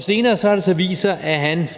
Senere har det så vist sig, at han